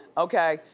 okay?